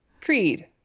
creed